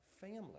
family